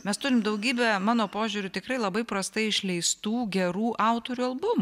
mes turim daugybę mano požiūriu tikrai labai prastai išleistų gerų autorių albumų